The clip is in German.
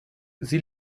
sie